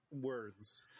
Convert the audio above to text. words